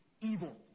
evil